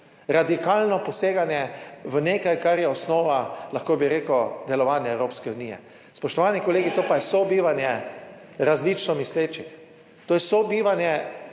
radikalno poseganje v nekaj, kar je osnova, lahko bi rekel, delovanja Evropske unije. Spoštovani kolegi, to pa je sobivanje različno mislečih. To je sobivanje,